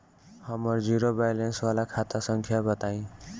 हमर zero balance वाला खाता संख्या बताई?